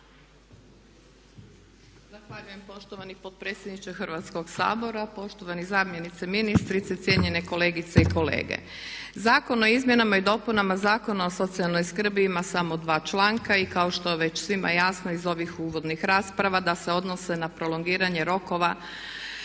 Zahvaljujem poštovani potpredsjedniče Hrvatskog sabora, poštovani zamjeniče ministrice, cijenjene kolegice i kolege. Zakon o izmjenama i dopunama Zakona o socijalnoj skrbi ima samo dva članka i kao što je već svima jasno iz ovih uvodnih rasprava da se odnose na prolongiranje rokova